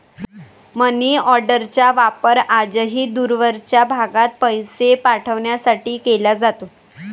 मनीऑर्डरचा वापर आजही दूरवरच्या भागात पैसे पाठवण्यासाठी केला जातो